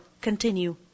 continue